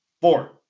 four